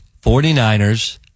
49ers